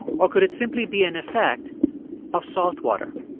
or could it simply be an effect of saltwater?